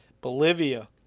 Bolivia